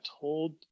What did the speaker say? told